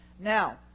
Now